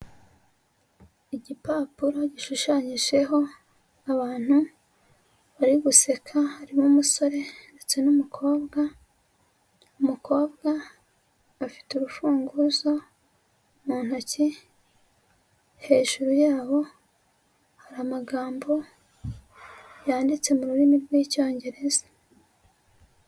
Igipapuro gishushanyijeho abantu bari guseka, harimo umusore ndetse n'umukobwa, umukobwa afite urufunguzo mu ntoki, hejuru yabo hari amagambo yanditse mu rurimi rw'Icyongereza.